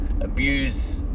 abuse